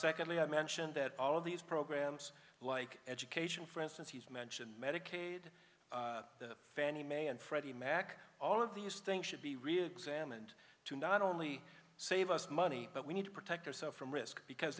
secondly i mentioned that all of these programs like education for instance he's mentioned medicaid the fannie mae and freddie mac all of these things should be reexamined to not only save us money but we need to protect yourself from risk because